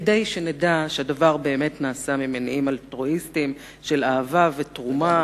כדי שנדע שהדבר באמת נעשה ממניעים אלטרואיסטיים של אהבה ותרומה